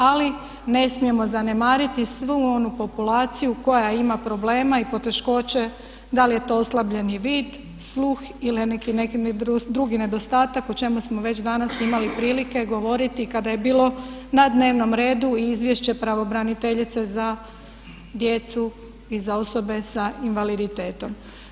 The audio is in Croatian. Ali ne smijemo zanemariti svu onu populaciju koja ima problema i poteškoće da li je to oslabljeni vid, sluh ili neki drugi nedostatak o čemu smo već danas imali prilike govoriti kada je bilo na dnevnom redu Izvješće pravobraniteljice za djecu i za osobe sa invaliditetom.